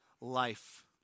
life